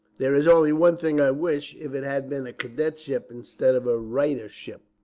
there is only one thing. i wish it had been a cadetship, instead of a writership.